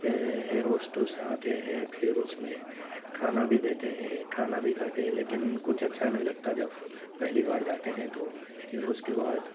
air hostess آتے ہیں پھر اس میں کھانا بھی دیتے ہیں کھانا بھی کھاتے ہیں لیکن کچھ اچھا نہیں لگتا جب پہلی بار جاتے ہیں تو پھر اُس کے بعد